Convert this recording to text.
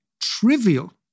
trivial